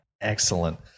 Excellent